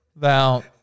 Now